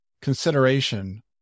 consideration